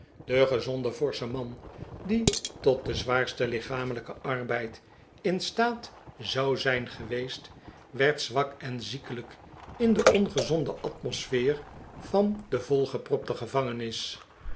de gezonde forsche man die tot den zwaarsten lichamelijken arbeid in staat zou zijn geweest werd zwak en ziekelijk in de ongezonde atmosfeer van de volgepropte gevangenis